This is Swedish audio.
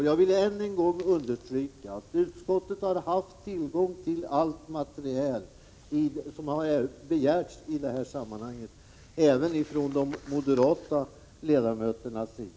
Jag vill än en gång understryka att utskottet har haft tillgång till allt material som begärts i detta sammanhang, även från de moderata ledamöternas sida.